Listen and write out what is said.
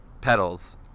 pedals